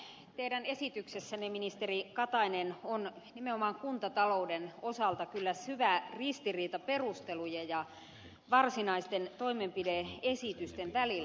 tässä teidän esityksessänne ministeri katainen on nimenomaan kuntatalouden osalta kyllä syvä ristiriita perustelujen ja varsinaisten toimenpide esitysten välillä